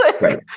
right